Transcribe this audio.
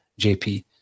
jp